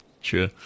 Sure